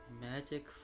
magic